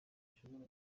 zishobora